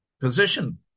position